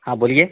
हाँ बोलिए